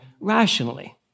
rationally